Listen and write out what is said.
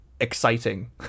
exciting